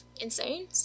insane